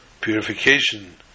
purification